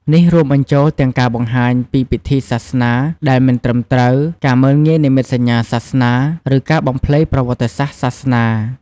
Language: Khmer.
នេះរួមបញ្ចូលទាំងការបង្ហាញពីពិធីសាសនាដែលមិនត្រឹមត្រូវ ការមើលងាយនិមិត្តសញ្ញាសាសនា ឬការបំភ្លៃប្រវត្តិសាស្ត្រសាសនា។